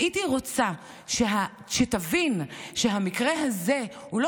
הייתי רוצה שתבין שהמקרה הזה הוא לא